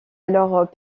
alors